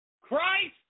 Christ